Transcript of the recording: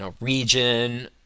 region